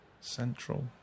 Central